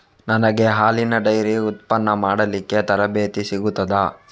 ನನಗೆ ಹಾಲಿನ ಡೈರಿ ಉತ್ಪನ್ನ ಮಾಡಲಿಕ್ಕೆ ತರಬೇತಿ ಸಿಗುತ್ತದಾ?